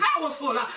powerful